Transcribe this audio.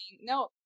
No